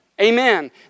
Amen